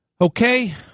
Okay